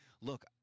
Look